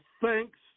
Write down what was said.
thanks